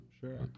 Sure